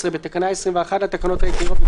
13. בתקנה 21 לתקנות העיקריות,